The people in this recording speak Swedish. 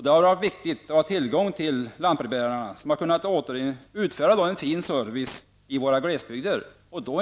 Det har då varit viktigt att ha tillgång till lantbrevbärarna, som har kunnat utföra en fin service i våra glesbygder.